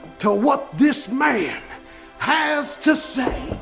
to what this man has to say.